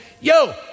Yo